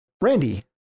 Randy